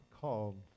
called